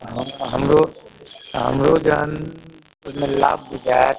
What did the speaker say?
हाँ हमरो तऽ हमरो जहन ओहिमे लाभ बुझायत